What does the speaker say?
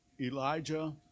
Elijah